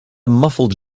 muffled